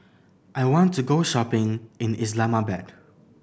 I want to go shopping in Islamabad